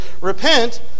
repent